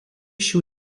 šių